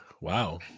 Wow